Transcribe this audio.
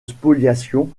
spoliation